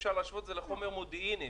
אפשר להשוות את זה לחומר מודיעיני,